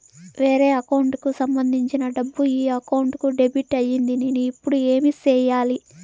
వేరే అకౌంట్ కు సంబంధించిన డబ్బు ఈ అకౌంట్ కు డెబిట్ అయింది నేను ఇప్పుడు ఏమి సేయాలి